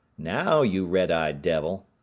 now, you red-eyed devil,